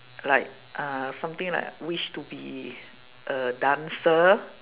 like uh something like wish to be a dancer